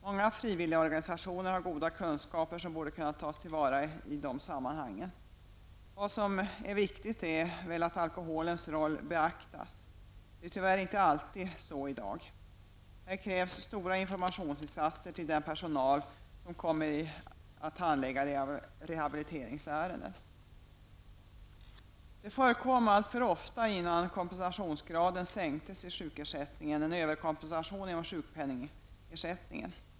Många frivilligorganisationer har goda kunskaper, som borde kunna tas till vara i dessa sammanhang. Vad som är viktigt är väl att alkoholens roll beaktas. Det är tyvärr inte alltid så i dag. Här krävs stora informationsinsatser till den personal som kommer att handlägga rehabiliteringsärenden. Det förekom alltför ofta innan kompensationsgraden sänktes i sjukförsäkringen en överkompensation inom sjukpenningersättningen.